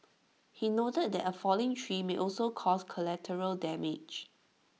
he noted that A falling tree may also cause collateral damage